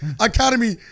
Academy